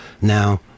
now